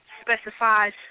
specifies